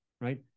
right